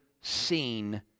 seen